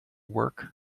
work